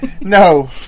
no